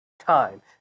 time